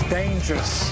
dangerous